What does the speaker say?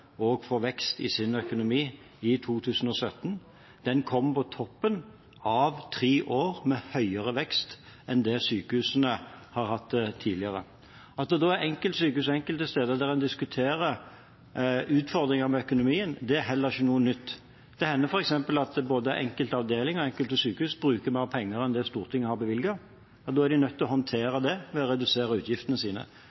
også får vekst i sin økonomi i 2017. Den kommer på toppen av tre år med høyere vekst enn det sykehusene har hatt tidligere. At det da er enkeltsykehus og enkelte steder der en diskuterer utfordringer med økonomien, er heller ikke noe nytt. Det hender f.eks. at både enkelte avdelinger og enkelte sykehus bruker mer penger enn det Stortinget har bevilget, og da er de nødt til å